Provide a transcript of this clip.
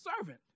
servant